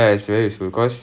uh ya